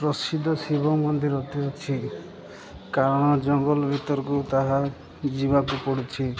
ପ୍ରସିଦ୍ଧ ଶିବ ମନ୍ଦିରଟି ଅଛି କାରଣ ଜଙ୍ଗଲ ଭିତରକୁ ତାହା ଯିବାକୁ ପଡ଼ୁଛି